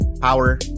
power